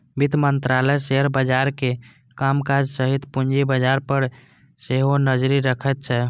वित्त मंत्रालय शेयर बाजारक कामकाज सहित पूंजी बाजार पर सेहो नजरि रखैत छै